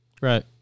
Right